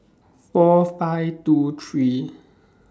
four five two three